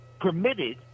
permitted